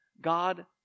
God